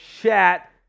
chat